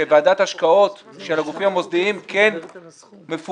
שוועדת השקעות של הגופים המוסדיים כן מפוקחים